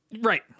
right